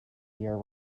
year